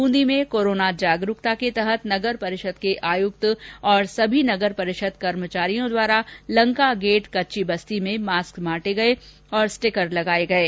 ब्रंदी में कोरोना जागरूकता के तहत नगर परिषद के आयुक्त और सभी नगर परिषद कर्मचारियों द्वारा लंका गेट कच्ची बस्ती में मास्क बांटे गये और स्टीकर लगाए गये